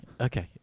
okay